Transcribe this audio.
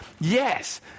Yes